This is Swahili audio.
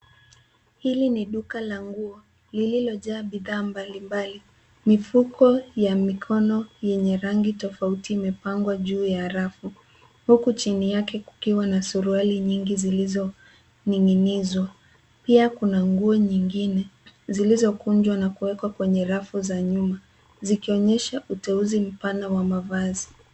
Hili ni duka la nguo lililojaa bidhaa mbalimbali. Mifuko ya mikono yenye rangi tofauti imepangwa juu ya rafu huku chini yake kukiwa na suruali nyingi zilizoning'inizwa. Pia kuna nguo nyingine zilizokunjwa na kuweka kwenye rafu za nyuma zikionyesha uteuzi mpanda wa mavazi.